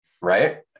right